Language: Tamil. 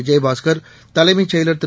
விஜயபாஸ்கர் தலைமைச் செயலர் திரு